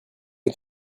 est